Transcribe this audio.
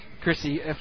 Chrissy